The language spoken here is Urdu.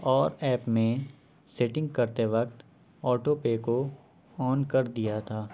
اور ایپ میں سیٹنگ کرتے وقت آٹو پے کو آن کر دیا تھا